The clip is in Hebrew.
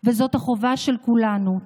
וזאת החובה של כולנו.